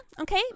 okay